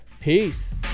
Peace